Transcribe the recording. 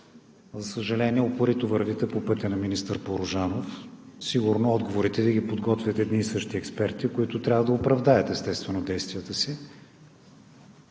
За съжаление, упорито вървите по пътя на министър Порожанов. Сигурно отговорите Ви ги подготвят едни и същи експерти, които трябва да оправдаят, естествено, действията си.